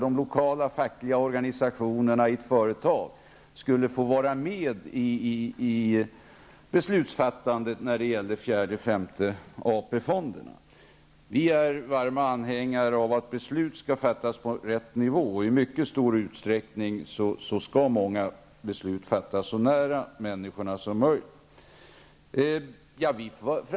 De fackliga organisationerna i företagen skulle ju få vara med om beslutsfattandet beträffande användningen av den fjärde och femte AP-fonden. Vi socialdemokrater är anhängare av att besluten fattas på rätt nivå. I mycket stor utsträckning skall besluten enligt vår mening fattas så nära människorna som möjligt.